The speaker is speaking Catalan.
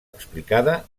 explicada